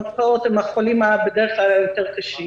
ולמרפאות הם בדרך כלל החולים הקשים יותר,